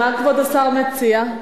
מה כבוד השר מציע?